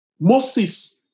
Moses